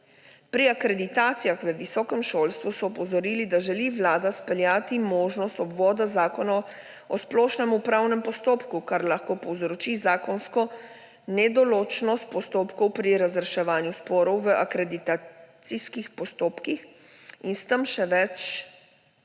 Pri akreditacijah v visokem šolstvu so opozorili, da želi Vlada izpeljati možnost obvoda Zakona o splošnem upravnem postopku, kar lahko povzroči zakonsko nedoločnost postopkov pri razreševanju sporov v akreditacijskih postopkih in s tem še več